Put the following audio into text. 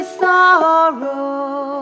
sorrow